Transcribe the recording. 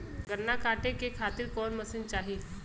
गन्ना कांटेके खातीर कवन मशीन चाही?